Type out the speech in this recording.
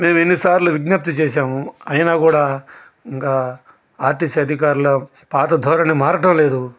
నేను ఎన్నిసార్లు విజ్ఞప్తి చేశాము అయినా కూడ ఇంక ఆర్టీసీ అధికారుల పాత ధోరణి మారటం లేదు